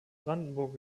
brandenburg